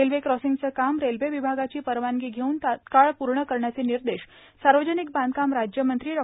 railway क्रॉसिंगचे काम railway विभागाची परवानगी घेऊन तत्काळ पूर्ण करण्याचे निर्देश सार्वजनिक बांधकाम राज्यमंत्री डॉ